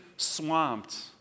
swamped